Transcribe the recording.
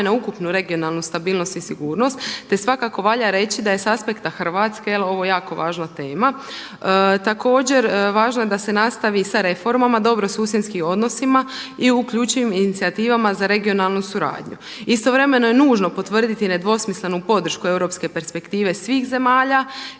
na ukupnu regionalnu stabilnost i sigurnost, te svakako valja reći da je sa aspekta Hrvatske ovo jako važna tema. Također važno je da se nastavi sa reformama, dobrosusjedskim odnosima i uključenim inicijativama za regionalnu suradnju. Istovremeno je nužno potvrditi nedvosmislenu podršku europske perspektive svih zemalja